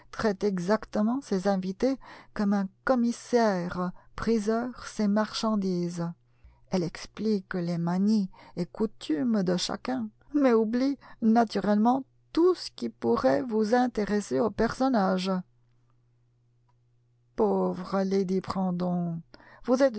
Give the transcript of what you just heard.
traite exactement ses invités comme un commissaire priseur ses marchandises elle explique les manies et coutumes de chacun mais oublie naturellement tout ce qui pourrait vous intéresser au personnage pauvre lady brandon vous êtes